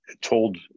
told